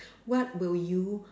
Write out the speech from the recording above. what will you